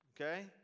Okay